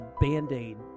band-aid